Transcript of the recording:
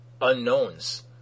unknowns